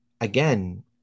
again